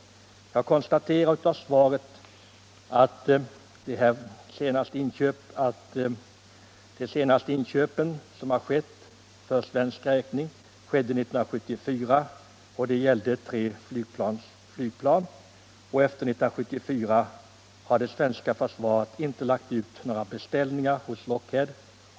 Jag konstaterar av svaret att de senaste inköpen för svensk räkning Nr 69 skedde 1974 och gällde tre flygplan. Efter 1974 har det svenska försvaret Torsdagen den inte lagt ut några beställningar hos Lockheed.